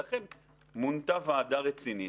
ולכן מונתה ועדה רצינית.